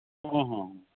ᱦᱮᱸ ᱦᱮᱸ